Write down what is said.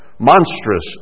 monstrous